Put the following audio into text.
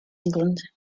england